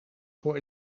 voor